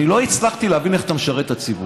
אני לא הצלחתי להבין איך אתה משרת את הציבור.